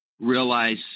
realize